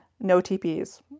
no-TPs